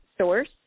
source